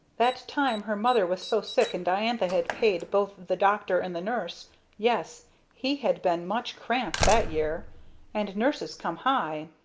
that time her mother was so sick and diantha had paid both the doctor and the nurse yes he had been much cramped that year and nurses come high.